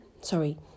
sorry